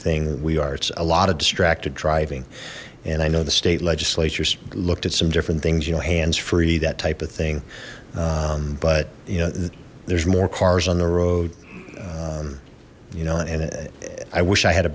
thing we are it's a lot of distracted driving and i know the state legislators looked at some different things you know hands free that type of thing but you know that there's more cars on the road you know and i wish i had a